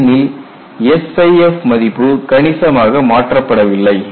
ஏனெனில் SIF மதிப்பு கணிசமாக மாற்றப்படவில்லை